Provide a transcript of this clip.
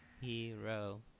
hero